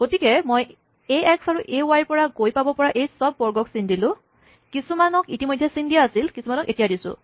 গতিকে মই a x আৰু এ ৱাই ৰ পৰা গৈ পাব পৰা এই চব বৰ্গক চিন দিলো কিছুমানক ইতিমধ্যে চিন দিয়া আছিল কিছুমানক এতিয়া দিছোঁ